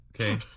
Okay